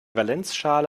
valenzschale